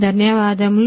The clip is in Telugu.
ధన్యవాదాలు